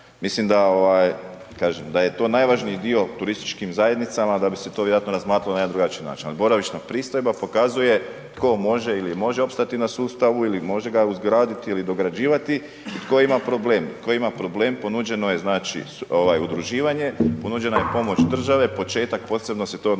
kažem, da je to najvažniji dio turističkim zajednicama, da bi se to vjerojatno razmatralo na jedan drugačiji način. Ali boravišna pristojba pokazuje tko može ili može opstati na sustavu ili može ga uzgraditi ili dograđivati. Tko ima problem, tko ima problem, ponuđeno je znači udruživanja, ponuđena je pomoć države, početak, posebno se to odnosi